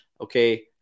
okay